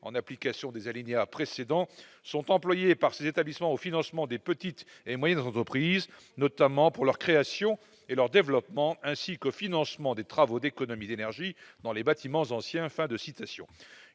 en application des alinéas précédents sont employées par ces établissements au financement des petites et moyennes entreprises, notamment pour leurs créations et leur développement, ainsi qu'au financement des travaux d'économie d'énergie dans les bâtiments anciens,